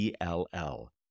ELL